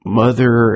mother